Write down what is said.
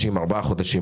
ארבעה חודשים,